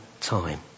time